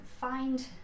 find